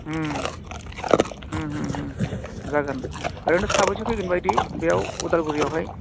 जागोन ओरैनो साबैसे फैगोन बायदि बेयाव उदालगुरियावहाय